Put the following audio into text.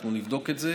אנחנו נבדוק את זה.